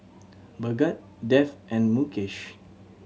Bhagat Dev and Mukesh